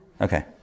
Okay